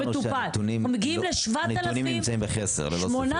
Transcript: כבר אמרנו שהנתונים נמצאים בחסר, ללא ספק.